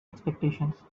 expectations